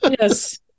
Yes